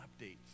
updates